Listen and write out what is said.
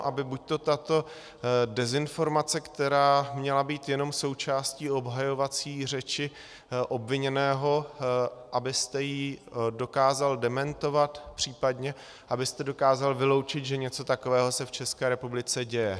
Aby buďto tato dezinformace, která měla být jenom součástí obhajovací řeči obviněného, abyste ji dokázal dementovat, případně abyste dokázal vyloučit, že něco takového se v České republice děje.